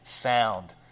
sound